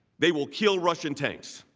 they will kill russian tanks.